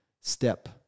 step